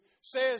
says